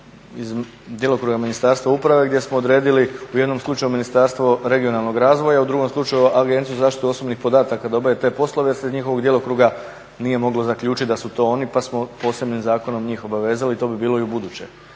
iz djelokruga Ministarstva uprave gdje smo odredili u jednom slučaju Ministarstvo regionalnog razvoja, u drugom slučaju Agenciju za zaštitu osobnih podataka da obave te poslove jer se od njihovog djelokruga nije moglo zaključit da su to oni pa smo posebnim zakonom njih obavezali. To bi bilo i ubuduće.